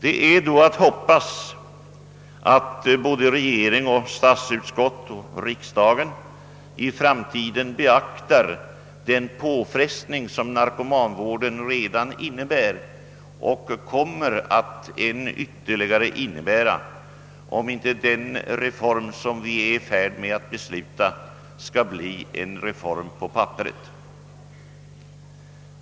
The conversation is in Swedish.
Det är då att hoppas att såväl regeringen som statsutskottet och riksdagen i framtiden vid anslagsgivningen kommer att beakta den påfrestning, som narkomanvården redan innebär och än ytterligare kommer att medföra, såvida inte den reform som vi är i färd med att besluta om skall bli en reform på papperet.